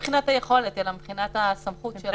גם החוק הזה שנסמך,